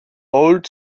old